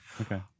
Okay